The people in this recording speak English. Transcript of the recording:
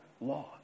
law